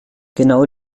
genau